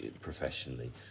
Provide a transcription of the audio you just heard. professionally